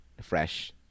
fresh